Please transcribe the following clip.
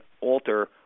alter